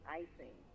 icing